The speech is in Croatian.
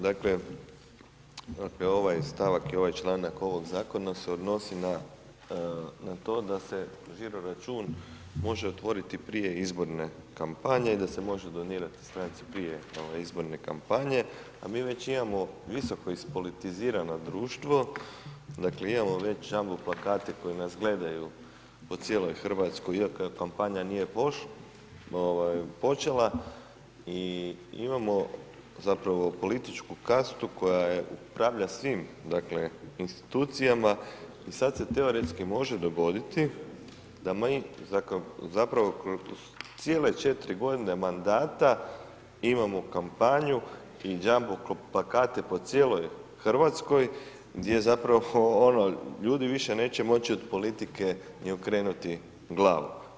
Dakle ovaj stavak i ovaj članak ovog zakona se odnosi na to da se žiro račun može otvoriti prije izborne kampanje, da se može donirati prije izborne kampanje a mi već imamo visoko ispolitizirano društvo, dakle imamo već jumbo plakate koji nas gledaju po cijeloj Hrvatskoj iako je kampanja počela i imamo zapravo političku kastu koja upravlja svim dakle institucijama i sad se teoretski može dogoditi da mi zapravo kroz cijele 4 godine mandata imamo kampanju i jumbo plakate po cijeloj Hrvatskoj gdje zapravo ono ljudi više neće moći od politike ni okrenuti glavu.